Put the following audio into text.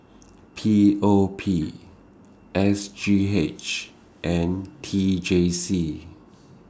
P O P S G H and T J C